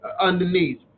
underneath